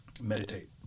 Meditate